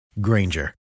Granger